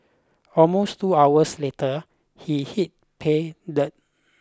almost two hours later he hit pay dirt